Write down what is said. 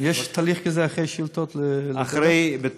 יש תהליך כזה, אחרי השאילתות לדבר?